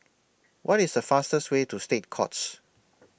What IS The fastest Way to State Courts